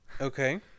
okay